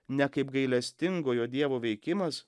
ne kaip gailestingojo dievo veikimas